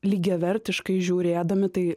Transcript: lygiavertiškai žiūrėdami tai